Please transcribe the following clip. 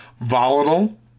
volatile